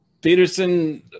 Peterson